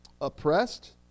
Oppressed